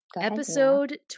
Episode